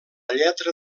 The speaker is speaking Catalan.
lletra